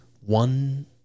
One